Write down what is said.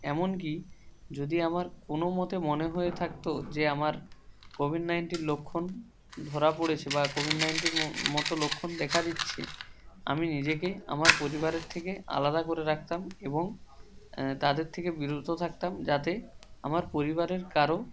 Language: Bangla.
এমন কি যদি আমার কোনো মতে মনে হয়ে থাকতো যে আমার কোভিড নাইনটির লক্ষণ ধরা পড়েছে বা কোভিড নাইনটির মতো লক্ষণ দেখা দিচ্ছে আমি নিজেকে আমার পরিবারের থেকে আলাদা করে রাখতাম এবং তাদের থেকে বিরত থাকতাম যাতে আমার পরিবারের কারো